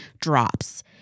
drops